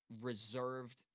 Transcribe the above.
reserved